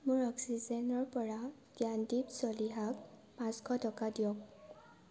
মোৰ অক্সিজেনৰ পৰা জ্ঞানদীপ চলিহাক পাঁচশ টকা দিয়ক